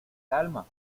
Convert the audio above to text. calma